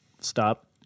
stop